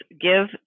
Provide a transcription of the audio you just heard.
give